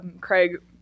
Craig